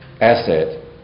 asset